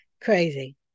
Crazy